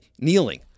kneeling